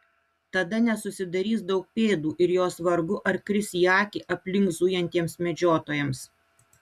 tada nesusidarys daug pėdų ir jos vargu ar kris į akį aplink zujantiems medžiotojams